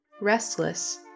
restless